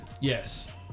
Yes